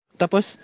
tapos